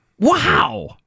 Wow